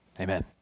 Amen